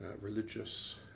religious